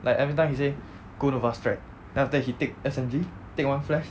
like every time he say go nova strike then after that he take S_N_G take one flash